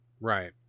Right